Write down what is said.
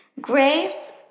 Grace